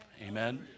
Amen